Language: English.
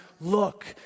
look